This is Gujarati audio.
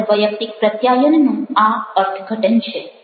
આંતરવૈયક્તિક પ્રત્યાયનનું આ અર્થઘટન છે